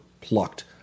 plucked